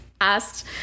asked